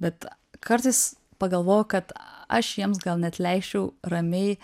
bet kartais pagalvoju kad aš jiems gal net leisčiau ramiai